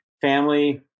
Family